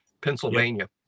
Pennsylvania